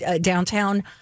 downtown